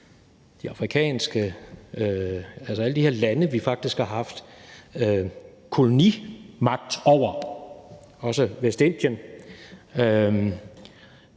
og AVS-landene – altså alle de her lande, vi faktisk har haft kolonimagt over, og også Vestindien;